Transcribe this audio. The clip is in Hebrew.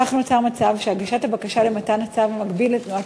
כך נוצר מצב שהגשת הבקשה למתן הצו להגביל את תנועת